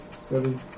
seven